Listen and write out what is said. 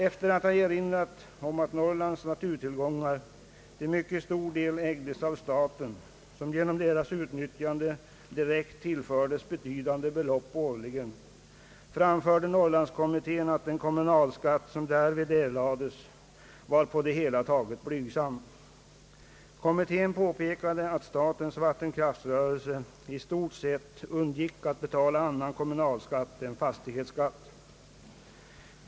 Efter att ha erinrat om att Norrlands naturtillgångar till mycket stor del ägdes av staten, som genom deras utnyttjande direkt tillfördes betydande belopp årligen, framförde Norrlandskommittén att den kommunalskatt som därvid erlades var på det hela taget blygsam. Kommittén påpekade att statens vattenkraftsrörelse i stort sett undgick att betala annan kommunalskatt än fastighetsskatt.